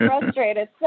frustrated